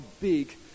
big